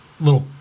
little